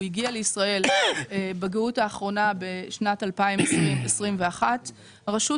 הוא הגיע לישראל בגאות האחרונה בשנת 2021. הרשות